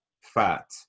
fat